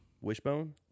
Wishbone